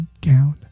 gown